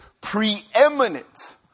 preeminent